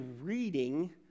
reading